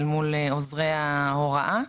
אל מול עוזרי ההוראה.